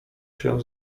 się